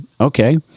Okay